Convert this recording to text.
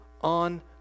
on